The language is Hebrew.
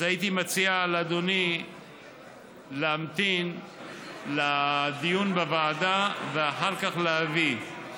אז הייתי מציע לאדוני להמתין לדיון בוועדה ואחר כך להביא.